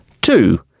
two